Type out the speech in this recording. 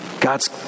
God's